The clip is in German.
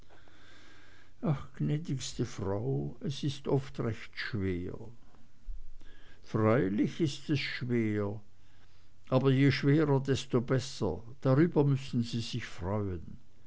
ach gnädigste frau es ist oft recht schwer freilich ist es schwer aber je schwerer desto besser darüber müssen sie sich freuen